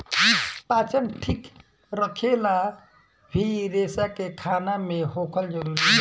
पाचन ठीक रखेला भी रेसा के खाना मे होखल जरूरी बा